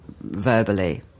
verbally